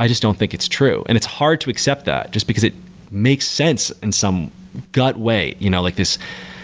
i just don't think it's true, and it's hard to accept that just because it makes sense in some gut way. you know like this